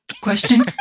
Question